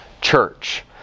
Church